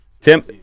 Tim